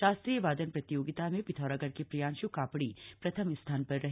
शास्त्रीय वादन प्रतियोगिता में पिथौरागढ़ के प्रियांश कापड़ी प्रथम स्थान पर रहे